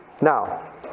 Now